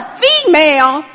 female